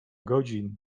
godzin